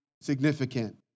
significant